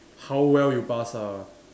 how well you pass ah